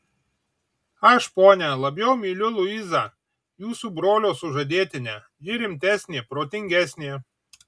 aš ponia labiau myliu luizą jūsų brolio sužadėtinę ji rimtesnė protingesnė